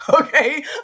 okay